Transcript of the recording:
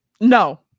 No